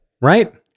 Right